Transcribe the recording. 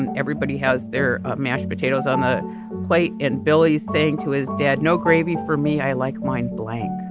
and everybody has their mashed potatoes on a plate. and billy saying to his dad, no gravy for me i like mind blank.